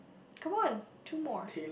come on two more